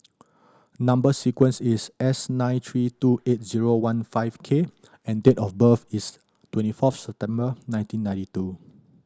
number sequence is S nine three two eight zero one five K and date of birth is twenty fourth September nineteen ninety two